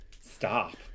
Stop